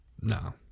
no